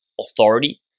authority